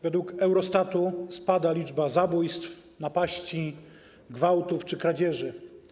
Według Eurostatu spada liczba zabójstw, napaści, gwałtów czy kradzieży.